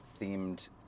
themed